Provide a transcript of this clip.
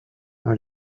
nor